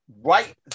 right